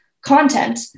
content